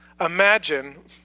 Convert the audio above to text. imagine